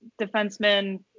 defensemen